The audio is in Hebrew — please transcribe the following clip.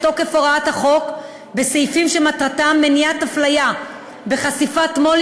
תוקף הוראת החוק בסעיפים שמטרתם מניעת אפליה בחשיפת מו"לים